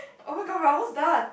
oh-my-god we're almost done